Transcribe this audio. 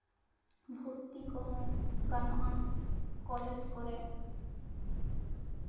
ᱵᱷᱚᱨᱛᱤ ᱠᱚᱦᱚᱸ ᱜᱟᱱᱚᱜᱼᱟ ᱠᱚᱞᱮᱡᱽ ᱠᱚᱨᱮᱜ